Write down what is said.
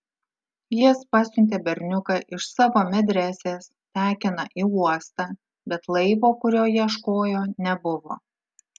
jis pasiuntė berniuką iš savo medresės tekiną į uostą bet laivo kurio ieškojo nebuvo